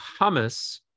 hummus